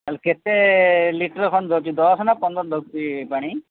ତାହେଲେ କେତେ ଲିଟର୍ ଖଣ୍ଡେ ଧରୁଛି ଦଶ ନା ପନ୍ଦର୍ ଲିଟର୍ ଧରୁଛି ପାଣି